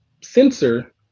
sensor